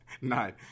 Nine